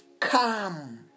Come